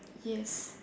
yes